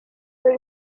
for